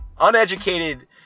uneducated